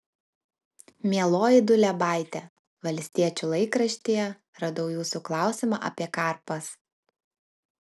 mieloji duliebaite valstiečių laikraštyje radau jūsų klausimą apie karpas